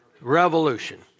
revolution